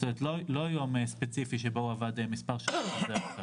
ולא יום ספציפי שבו הוא עבד מספר שעות.